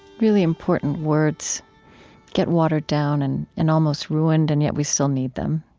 really important words get watered down and and almost ruined, and yet we still need them.